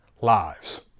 lives